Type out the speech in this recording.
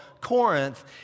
Corinth